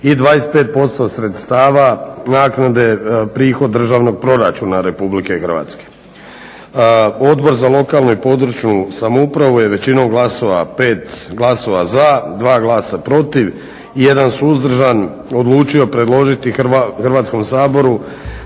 i 25% sredstava naknade prihod državnog proračuna RH. Odbor za lokalnu i područnu samoupravu je većinom glasova, 5 glasova za, 2 glasa protiv i 1 suzdržan odlučio predložiti Hrvatskom saboru